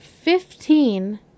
Fifteen